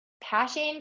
passion